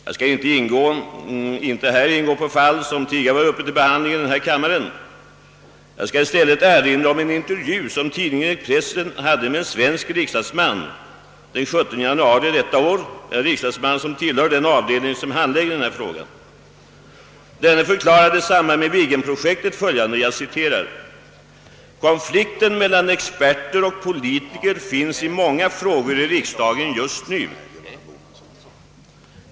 Jag skall här inte ingå på fall som tidigare har varit uppe till behandling i denna kammare. I stället skall jag erinra om en intervju som tidningen Expressen hade med en svensk riksdagsman den 17 januari i år, en riksdagsman som tillhör den utskottsavdelning som handlagt denna fråga. Han sade bl.a. följande: »Konflikten mellan experter och politiker finns i många frågor i riksdagen just nu.